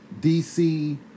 DC